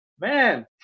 Man